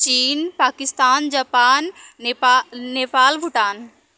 China Pakistan Japan Nepal Bhutan